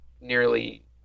nearly